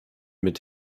mit